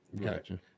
Gotcha